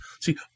See